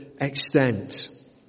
extent